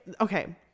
okay